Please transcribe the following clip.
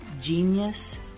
Genius